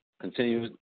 continue